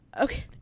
Okay